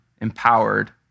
empowered